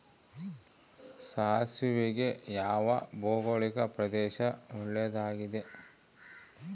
ಸಾಸಿವೆಗೆ ಯಾವ ಭೌಗೋಳಿಕ ಪ್ರದೇಶ ಒಳ್ಳೆಯದಾಗಿದೆ?